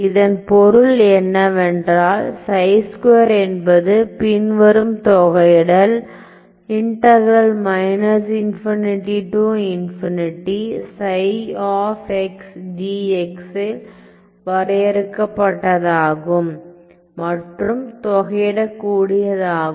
இதன் பொருள் என்னவென்றால் என்பது பின்வரும் தொகையிடல் வரையறுக்கப்பட்டதாகும் மற்றும் தொகையிடக்கூடியதாகும்